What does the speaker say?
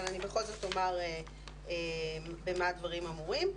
אבל אני בכל זאת אומר במה הדברים אמורים.